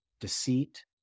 deceit